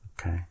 Okay